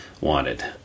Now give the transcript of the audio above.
wanted